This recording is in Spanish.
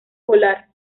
volar